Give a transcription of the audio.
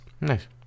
Nice